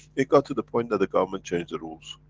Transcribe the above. it got to the point that the government changed the rules.